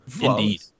indeed